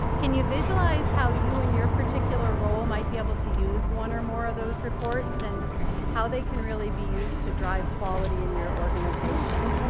can you visualize how you in your particular role might be able to use one or more of those reports and how they can really be used to drive quality in your organization?